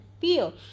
feel